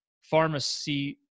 pharmacy